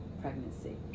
pregnancy